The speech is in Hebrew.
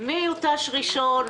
מי יותש ראשון.